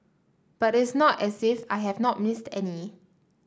but it is not as if I have not missed any